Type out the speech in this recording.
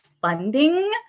funding